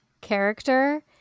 character